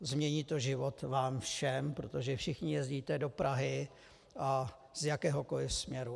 Změní to život vám všem, protože všichni jezdíte do Prahy a z jakéhokoli směru.